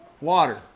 Water